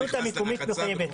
הרשות המקומית מחויבת.